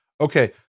Okay